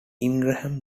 ingraham